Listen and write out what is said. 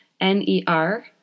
N-E-R